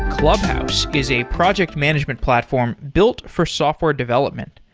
clubhouse is a project management platform built for software development.